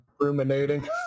Ruminating